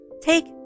Take